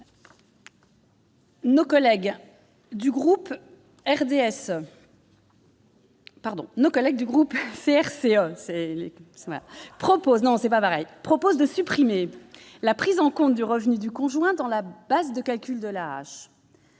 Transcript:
Nos collègues du groupe CRCE proposent de supprimer la prise en compte du revenu du conjoint dans la base de calcul de l'AAH.